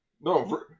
No